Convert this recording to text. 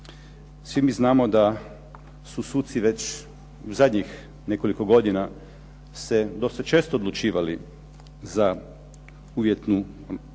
Svi mi znamo da su suci već zadnjih nekoliko godina se dosta često odlučivali za uvjetnu